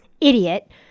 idiot